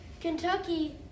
Kentucky